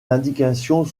indications